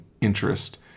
interest